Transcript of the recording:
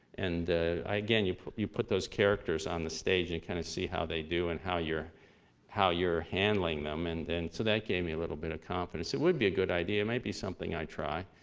and again, you put you put those characters on the stage and kind of see how they do and how you're how you're handling them and then, so that gave me a little bit of confidence. it would be a good idea, maybe something i'd try.